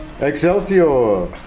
Excelsior